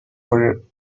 for